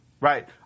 Right